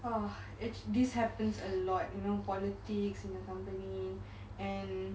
orh it's this happens a lot you know politics in the company and